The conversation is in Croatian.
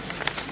Hvala